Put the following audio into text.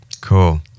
Cool